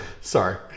Sorry